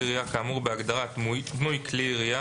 ירייה כאמור בהגדרה "דמוי כלי ירייה",